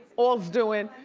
all's doing.